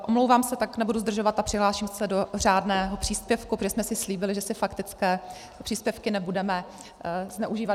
Omlouvám se, tak nebudu zdržovat a přihlásím se do řádného příspěvku, protože jsme si slíbili, že faktické příspěvky nebudeme využívat, zneužívat.